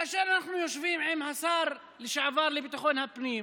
כאשר אנחנו יושבים עם השר לשעבר לביטחון הפנים,